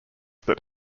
that